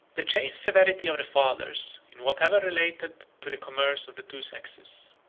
the chaste severity of the fathers, in whatever related to the commerce of the two sexes,